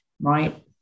right